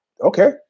okay